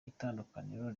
itandukaniro